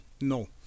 No